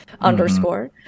underscore